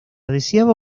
deseaba